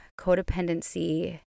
codependency